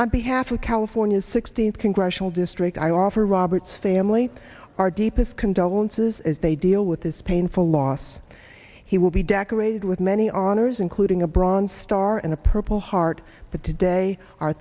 of california's sixteenth congressional district i offer robert's family our deepest condolences as they deal with this painful loss he will be decorated with many honors including a bronze star and a purple heart but today our